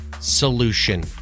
solution